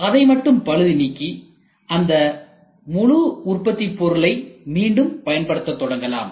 அதை மட்டும் பழுது நீக்கி அந்த முழு உற்பத்தி பொருளை மீண்டும் பயன்படுத்த தொடங்கலாம்